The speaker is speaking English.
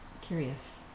curious